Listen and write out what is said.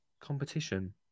competition